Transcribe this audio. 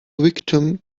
victim